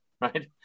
Right